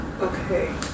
Okay